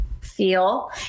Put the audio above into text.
feel